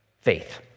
faith